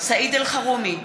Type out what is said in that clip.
סעיד אלחרומי,